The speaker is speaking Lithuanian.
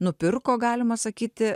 nupirko galima sakyti